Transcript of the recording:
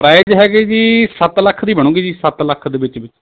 price ਹੈਗੇ ਜੀ ਸੱਤ ਲੱਖ ਦੀ ਬਣੂਗੀ ਜੀ ਸੱਤ ਲੱਖ ਦੇ ਵਿੱਚ ਵਿੱਚ